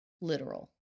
literal